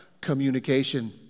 Communication